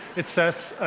it says,